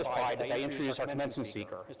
i introduce our commencement speaker, mr.